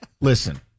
Listen